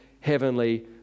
heavenly